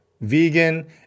vegan